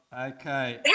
Okay